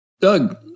Doug